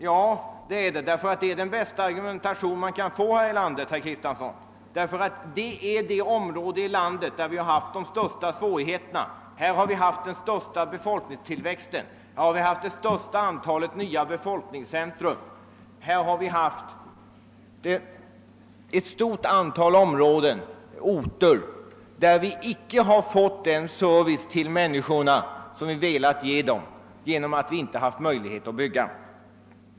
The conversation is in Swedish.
Det har jag gjort därför att där kan man visa upp de bästa exemplen här i landet i detta sammanhang. Det är nämligen det område här i landet där vi har haft de största svårigheterna. Här har vi haft den största befolkningstillväxten, det största antalet nya befolkningscentra, ett stort antal områden, där vi icke har fått möjlighet att ge människorna den service vi velat ge dem, detta på grund av att vi inte har haft möjlighet att bygga.